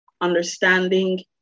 understanding